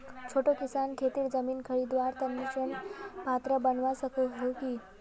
छोटो किसान खेतीर जमीन खरीदवार तने ऋण पात्र बनवा सको हो कि?